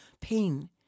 pain